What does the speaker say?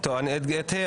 טוב, את ה'